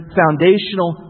foundational